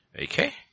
Okay